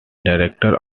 director